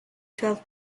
twelve